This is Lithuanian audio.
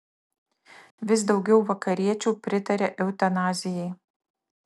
vis daugiau vakariečių pritaria eutanazijai